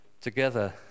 Together